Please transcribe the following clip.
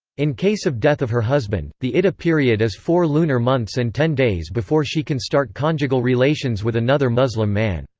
in case of death of her husband, the iddah period is four lunar months and ten days before she can start conjugal relations with another muslim man.